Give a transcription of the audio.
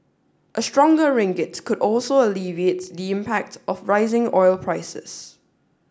a stronger ringgit could also alleviate the impact of rising oil prices